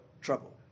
trouble